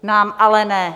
Nám ale ne.